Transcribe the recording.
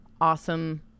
awesome